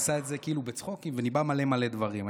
עשה את זה כאילו בצחוקים וניבא מלא מלא דברים.